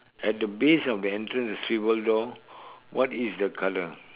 at the base of the entrance the swivel door what is the colour